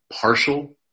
partial